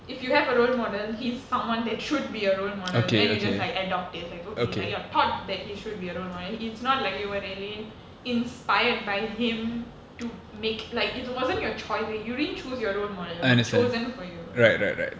if you have a role model he's someone that should be a role model then you just like adopt it like okay like you are taught that he should be a role model it's not like you were really inspired by him to make like it wasn't your choice like you didn't choose your role model it was chosen for you ya